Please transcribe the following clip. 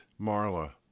Marla